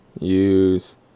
use